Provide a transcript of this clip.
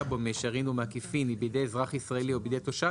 בו במישרין או בעקיפין בידי אזרח ישראלי או בידי תושב